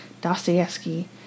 Dostoevsky